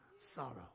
sorrow